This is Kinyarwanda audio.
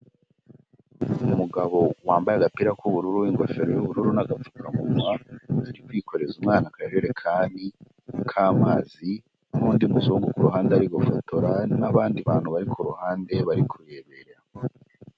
Umugabo wambaye agapira k'ubururu n'ingofero y'ubururu n'gapfukamunwa, ari kwikoreza umwana akarerekani k'amazi, n'undi muzungu ku ruhande arigufotora n'abandi bantu bari ku ruhande bari kureberera.